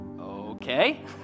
okay